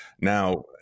Now